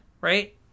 right